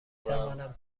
توانم